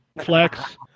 flex